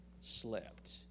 slept